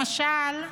למשל,